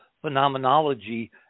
phenomenology